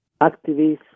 activists